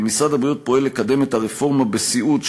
משרד הבריאות פועל לקדם את הרפורמה בסיעוד,